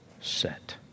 set